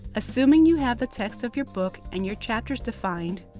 assuming you have the text of your book and your chapters defined,